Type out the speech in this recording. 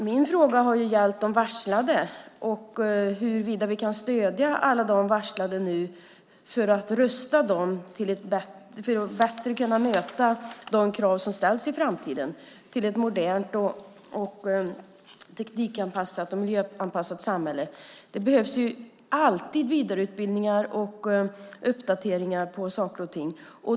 Min fråga gällde de varslade och huruvida vi nu kan stödja alla de varslade och rusta dem för att bättre kunna möta de krav som ställs i framtiden i ett modernt, teknikanpassat och miljöanpassat samhälle. Det behövs ju alltid vidareutbildningar och uppdateringar.